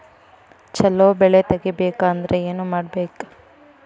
ಛಲೋ ಬೆಳಿ ತೆಗೇಬೇಕ ಅಂದ್ರ ಏನು ಮಾಡ್ಬೇಕ್?